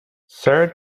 sir